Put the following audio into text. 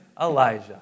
Elijah